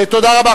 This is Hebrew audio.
תודה רבה.